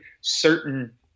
certain